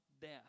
death